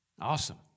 awesome